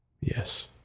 Yes